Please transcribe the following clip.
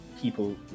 people